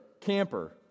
camper